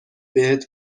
بهت